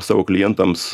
savo klientams